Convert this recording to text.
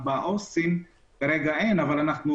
בקרב העובדים הסוציאליים כרגע אין אבל אנחנו